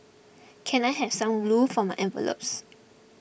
can I have some glue for my envelopes